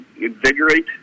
invigorate